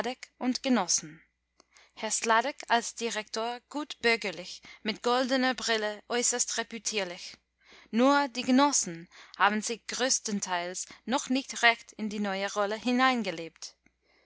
und genossen herr sladek als direktor gut bürgerlich mit goldener brille äußerst reputierlich nur die genossen haben sich größtenteils noch nicht recht in die neue rolle